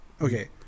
Okay